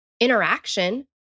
interaction